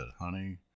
honey